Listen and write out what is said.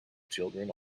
children